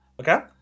Okay